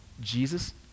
Jesus